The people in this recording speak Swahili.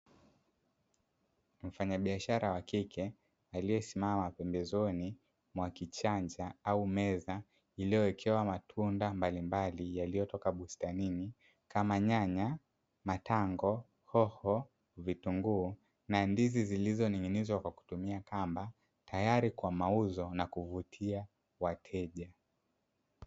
Mfanyabiashara wa kike aliyesimama pembezoni mwa kichanja au meza, iliyowekewa matunda mbalimbali yaliyotoka bustanini kama; nyanya, matango, hoho, vitunguu na ndizi zilizoning'inizwa kwa kutumia kamba tayari kwa mauzo na kuvutia wateja.